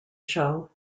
show